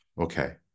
okay